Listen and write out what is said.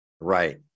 Right